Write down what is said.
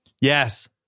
Yes